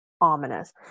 ominous